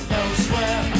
elsewhere